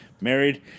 married